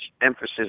emphasis